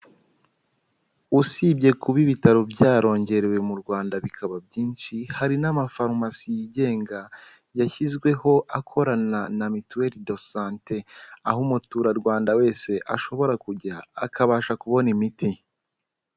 Usibye kuba ibitaro byarongerewe mu Rwanda bikaba byinshi hari n'amafarumasi yigenga yashyizweho akorana na mituelle de sante, aho umuturarwanda wese ashobora kujya akabasha kubona imiti.